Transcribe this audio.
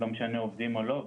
לא משנה עובדים או לא,